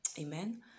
Amen